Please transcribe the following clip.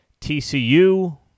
TCU